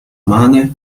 umane